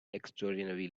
extraordinary